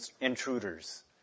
intruders